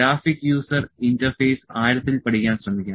graphic user interface ആഴത്തിൽ പഠിക്കാൻ ശ്രമിക്കാം